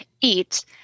eat